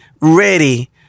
ready